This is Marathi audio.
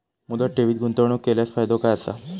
मुदत ठेवीत गुंतवणूक केल्यास फायदो काय आसा?